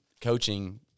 coaching